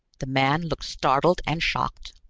the man looked startled and shocked.